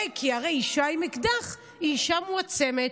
כי הרי אישה עם אקדח היא אישה מועצמת,